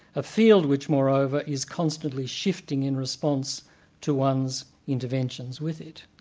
a field which moreover, is constantly shifting in response to one's interventions with it.